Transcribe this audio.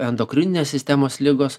endokrininės sistemos ligos